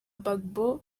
gbagbo